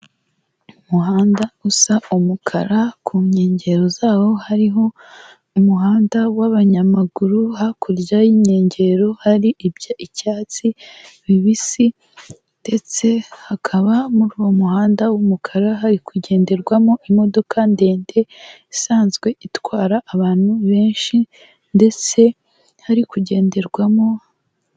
Umuhanda usa umukara ku nkengero zawo hariho umuhanda w'abanyamaguru, hakurya y'inkengero hari ibyatsi bibisi ndetse hakaba muri uwo muhanda w'umukara hari kugenderwamo imodoka ndende isanzwe itwara abantu benshi ndetse hari kugenderwamo...